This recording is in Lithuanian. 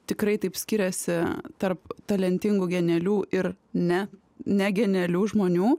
tikrai taip skiriasi tarp talentingų genialių ir ne negenialių žmonių